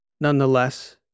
Nonetheless